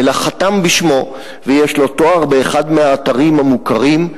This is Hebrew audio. אלא חתם בשמו ויש לו תואר באחד מהאתרים המוכרים,